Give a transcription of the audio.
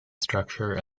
structure